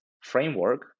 framework